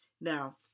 Now